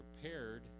prepared